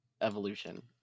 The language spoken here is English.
evolution